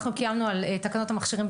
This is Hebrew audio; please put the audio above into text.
אנחנו קיימנו על תקנות המכשירים,